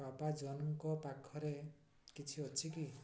papa ଜନ୍ଙ୍କ ପାଖରେ କିଛି ଅଛି କି